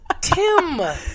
Tim